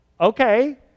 Okay